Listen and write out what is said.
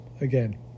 again